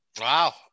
Wow